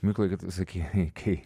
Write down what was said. mykolai kaip tu sakei kai